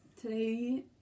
today